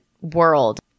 world